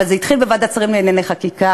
אבל זה התחיל בוועדת שרים לענייני חקיקה,